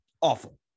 awful